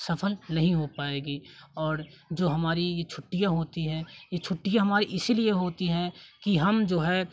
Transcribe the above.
सफल नहीं हो पाएगी और जो हमारी ये छुट्टियाँ होती है ये छुट्टियाँ हमारी इसीलिए होती है कि हम जो है